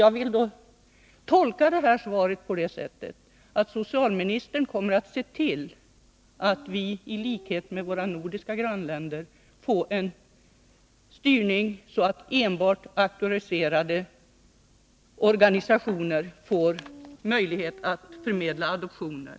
Jag vill tolka svaret på det sättet att socialministern kommer att se till att vi, i likhet med våra nordiska grannländer, får en styrning så att enbart auktoriserade organisationer får möjlighet att förmedla adoptioner.